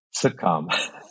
sitcom